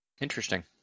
Interesting